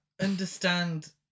understand